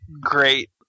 great